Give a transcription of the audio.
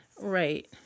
Right